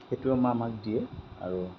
সেইটো আমাক দিয়ে আৰু